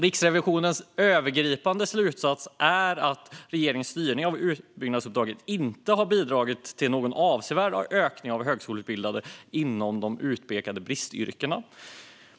Riksrevisionens övergripande slutsats är att regeringens styrning av utbyggnadsuppdragen inte har bidragit till någon avsevärd ökning av högskoleutbildade inom de utpekade bristyrkena.